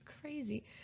crazy